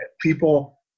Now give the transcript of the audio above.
people